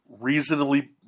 reasonably